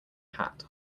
hat